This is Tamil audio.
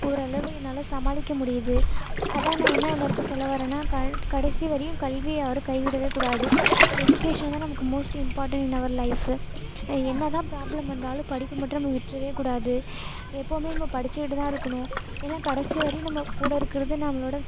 ஓரளவு என்னால் சமாளிக்க முடியுது அதான் நான் என்ன எல்லோருக்கும் சொல்ல வர்றேன்னா க கடைசி வரையும் கல்வியை யாரும் கை விடவேக்கூடாது எஜுகேஷன் தான் நமக்கு most important in our life என்ன தான் ப்ராப்ளம் வந்தாலும் படிப்பை மட்டும் நம்ம விட்டுறவேக்கூடாது எப்போதுமே நம்ம படிச்சிக்கிட்டு தான் இருக்கணும் ஏன்னா கடைசி வரையும் நம்ம கூட இருக்கிறது நம்மளோடய